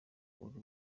uri